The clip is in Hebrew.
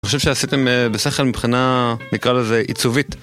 אני חושב שעשיתם בשכל מבחינה, נקרא לזה, עיצובית.